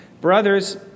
Brothers